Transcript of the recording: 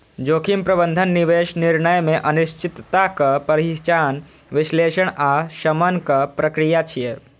जोखिम प्रबंधन निवेश निर्णय मे अनिश्चितताक पहिचान, विश्लेषण आ शमनक प्रक्रिया छियै